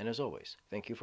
and as always thank you for